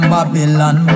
Babylon